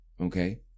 okay